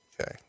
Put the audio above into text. Okay